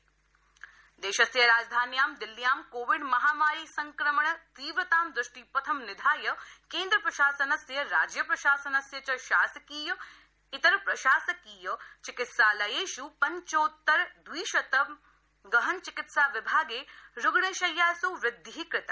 Delhi Covid देशस्य राजधान्यां दिल्ल्यां कोविडमहामारी संक्रमण तीव्रतां दृष्टिपथं निधाय केन्द्रप्रशासनस्य राज्यप्रशासनस्य च शासकीय इतरप्रशासकीय चिकित्सालयेषु पञ्चोत्तरद्विशतं गहनचिकित्सा विभागे रूग्ण शय्यासु वृद्धिः कृता